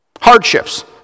Hardships